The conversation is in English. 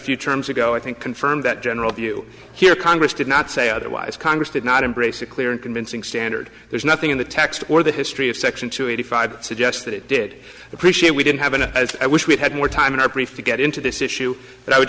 few terms ago i think confirmed that general view here congress did not say otherwise congress did not embrace a clear and convincing standard there's nothing in the text or the history of section two eighty five suggest that it did appreciate we didn't have an i wish we had more time in our brief to get into this issue but i would